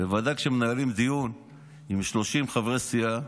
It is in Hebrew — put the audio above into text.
בוודאי כשמנהלים דיון עם 30 חברי סיעה.